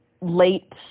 late